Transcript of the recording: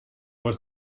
was